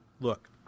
Look